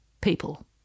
people